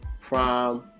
Prime